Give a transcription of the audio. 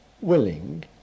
willing